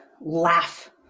laugh